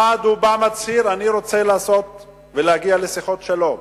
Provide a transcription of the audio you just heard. מחד הוא מצהיר: אני רוצה לעשות ולהוביל לשיחות שלום,